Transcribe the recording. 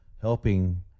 helping